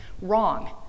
Wrong